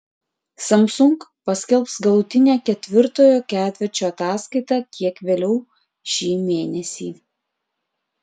samsung paskelbs galutinę ketvirtojo ketvirčio ataskaitą kiek vėliau šį mėnesį